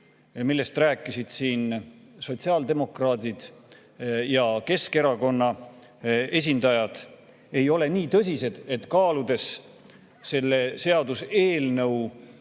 millest rääkisid siin sotsiaaldemokraadid ja Keskerakonna esindajad, ei ole nii tõsised. Kui kaaluda selle seaduseelnõu